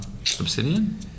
Obsidian